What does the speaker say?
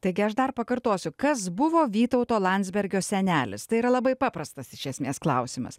taigi aš dar pakartosiu kas buvo vytauto landsbergio senelis tai yra labai paprastas iš esmės klausimas